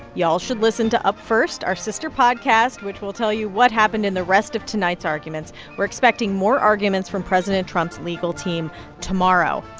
y'all should listen to up first, our sister podcast, which will tell you what happened in the rest of tonight's arguments. we're expecting more arguments from president trump's legal team tomorrow.